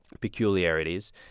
peculiarities